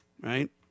right